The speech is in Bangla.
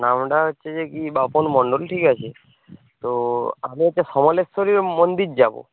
নামটা হচ্ছে যে কি বাপন মন্ডল ঠিক আছে তো আমি হচ্ছে সমলেশ্বরী মন্দির যাবো